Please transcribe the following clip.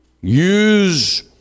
use